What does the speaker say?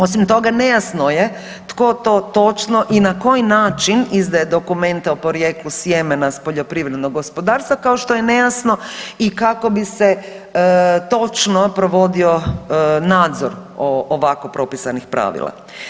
Osim toga, nejasno je tko to točno i na koji način izdaje dokumente o porijeklu sjemena s poljoprivrednog gospodarstva, kao što je nejasno i kako bi se točno provodio nadzor o ovako propisanih pravila.